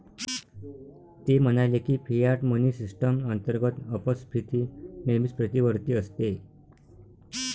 ते म्हणाले की, फियाट मनी सिस्टम अंतर्गत अपस्फीती नेहमीच प्रतिवर्ती असते